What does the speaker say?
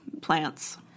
plants